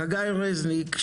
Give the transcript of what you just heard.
חגי רזניק,